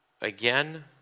again